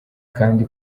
kandi